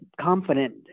confident